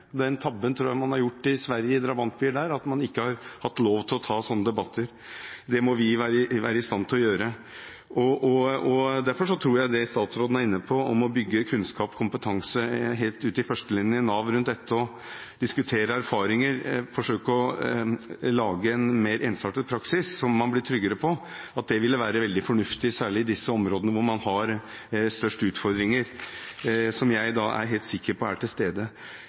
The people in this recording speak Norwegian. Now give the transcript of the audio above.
den typen problemer. Den tabben tror jeg man har gjort i Sverige, i drabantbyer der, at man ikke har hatt «lov» til å ta sånne debatter. Det må vi være i stand til å gjøre. Derfor tror jeg det statsråden var inne på om å bygge kunnskap og kompetanse helt ut i førstelinjen i Nav rundt dette og diskutere erfaringer, forsøke å lage en mer ensartet praksis, som man blir tryggere på, ville være veldig fornuftig, særlig i de områdene der man har størst utfordringer – som jeg er helt sikker på.